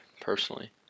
personally